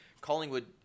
Collingwood